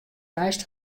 neist